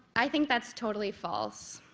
i think that's totally false.